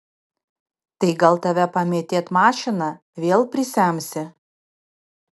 tai gal tave pamėtėt mašina vėl prisemsi